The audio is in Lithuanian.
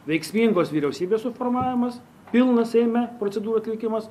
veiksmingos vyriausybės suformavimas pilnas seime procedūrų atlikimas